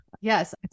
Yes